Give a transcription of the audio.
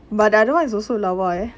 but the other one is also lawa eh